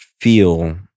feel